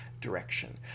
direction